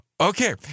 Okay